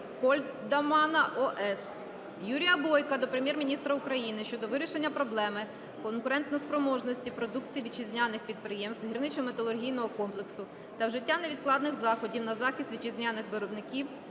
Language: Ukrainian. Кодьмана О.С. Юрія Бойка до Прем'єр-міністра України щодо вирішення проблеми конкурентоспроможності продукції вітчизняних підприємств гірничо-металургійного комплексу та вжиття невідкладних заходів на захист вітчизняних виробників